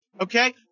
Okay